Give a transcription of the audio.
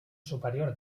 superior